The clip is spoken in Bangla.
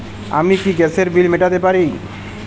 আমি কি গ্যাসের বিল মেটাতে পারি?